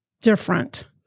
different